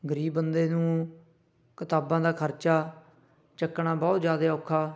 ਗਰੀਬ ਬੰਦੇ ਨੂੰ ਕਿਤਾਬਾਂ ਦਾ ਖਰਚਾ ਚੱਕਣਾ ਬਹੁਤ ਜ਼ਿਆਦੇ ਔਖਾ